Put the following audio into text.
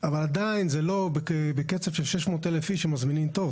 עדיין זה לא בקצב של 600,000 איש שמזמינים תור.